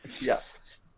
Yes